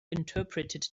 interpreted